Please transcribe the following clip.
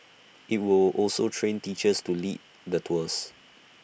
IT will also train teachers to lead the tours